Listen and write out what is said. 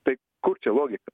tai kur čia logika